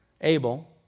Abel